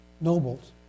nobles